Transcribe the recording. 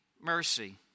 mercy